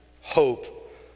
Hope